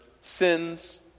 sins